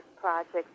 project